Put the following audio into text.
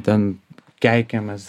ten keikiamės